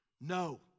No